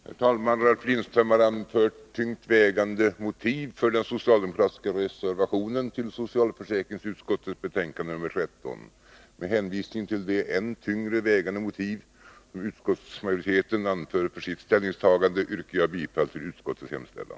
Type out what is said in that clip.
Herr talman! Ralf Lindström har anfört tungt vägande motiv för den socialdemokratiska reservationen till socialförsäkringsutskottets betänkande nr 13. Med hänvisning till de än tyngre vägande motiv som utskottsmajoriteten anfört för sitt ställningstagande yrkar jag bifall till utskottets hemställan.